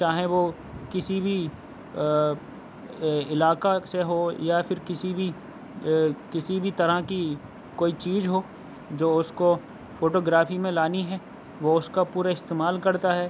چاہیں وہ کسی بھی علاقہ سے ہو یا پھر کسی بھی کسی بھی طرح کی کوئی چیز ہو جو اُس کو فوٹو گرافی میں لانی ہے وہ اُس کا پورا استعمال کرتا ہے